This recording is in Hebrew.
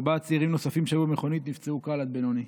ארבעה צעירים נוספים שהיו במכונית נפצעו קל עד בינוני.